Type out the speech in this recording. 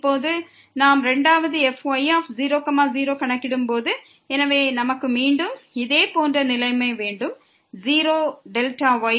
இப்போது நாம் இரண்டாவது fy 0 0ஐ கணக்கிடும் போது நமக்கு மீண்டும் இதே போன்ற நிலைமை வேண்டும் 0 Δy